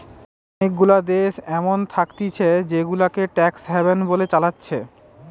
অনেগুলা দেশ এমন থাকতিছে জেগুলাকে ট্যাক্স হ্যাভেন বলে চালাচ্ছে